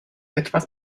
etwas